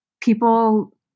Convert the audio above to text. people